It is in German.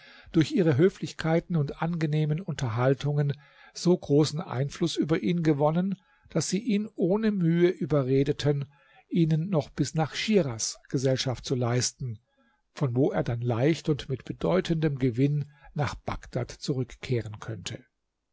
durch ihre höflichkeiten und angenehmen unterhaltungen so großen einfluß über ihn gewonnen daß sie ihn ohne mühe überredeten ihnen noch bis nach schiras gesellschaft zu leisten von wo er dann leicht und mit bedeutendem gewinn nach bagdad zurückkehren könnte